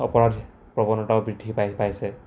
অপৰাধ প্ৰৱণতাও বৃদ্ধি পাইছে